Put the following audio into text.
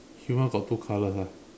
human got two colors ah